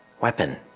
weapon